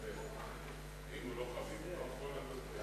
ואם הוא לא חביב הוא לא אחרון הדוברים?